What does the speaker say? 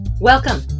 Welcome